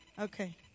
Okay